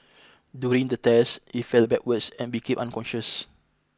during the test he fell backwards and became unconscious